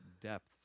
depths